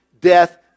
death